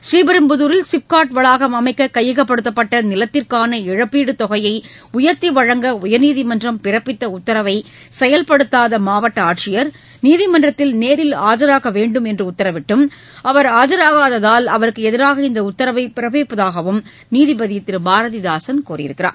ஸ்ரீபெரும்புதூரில் சிப்காட் வளாகம் அமைக்க கையகப்படுத்தப்பட்ட நிலத்திற்கான இழப்பீட்டு தொகையை உயர்த்தி வழங்க உயர்நீதிமன்றம் பிறப்பித்த உத்தரவை செயல்படுத்ததாத மாவட்ட ஆட்சியர் நீதிமன்றத்தில் நேரில் ஆஜாக வேண்டும் என்று உத்தரவிட்டும் அவர் ஆஜாகதாதால் அவருக்கு எதிராக இந்த உத்தரவை பிறப்பிப்பதாக நீதிபதி திரு பாரதிதாசன் கூறினார்